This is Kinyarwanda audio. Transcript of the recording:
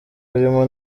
birimo